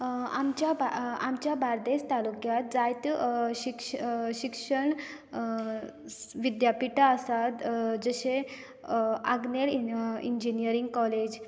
आमच्या अं आमच्या बार्देस तालुक्यांत जायत्यो शिक्षण अं शिक्षण विद्यापिठां आसात जशें आग्नेल इंजिनीयरींग कॉलेज